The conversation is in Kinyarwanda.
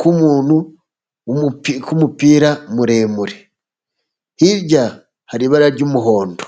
k'umuntu k'umupira muremure hirya hari ibara ry'umuhondo.